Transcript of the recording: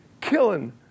killing